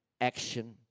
action